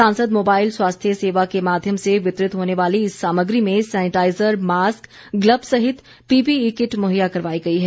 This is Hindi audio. सांसद मोबाईल स्वास्थ्य सेवा के माध्यम से वितरित होने वाली इस सामग्री में सेनेटाईजर मास्क ग्लबस सहित पीपीई किट मुहैया करवाई गई है